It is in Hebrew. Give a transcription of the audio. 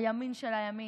הימין של הימין,